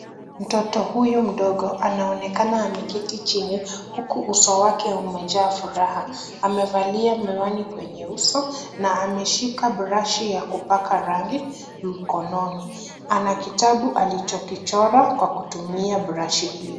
Mtoto huyu mdogo anaonekana ameketi chini, huku uso wake umejaa furaha. Amevalia miwani kwenye uso, na ameshika brashi ya kupaka rangi mkononi. Ana kitabu alichokichora kwa kutumia brashi hio.